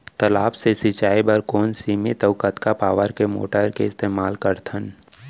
तालाब से सिंचाई बर कोन सीमित अऊ कतका पावर के मोटर के इस्तेमाल करथन?